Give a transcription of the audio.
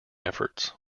efforts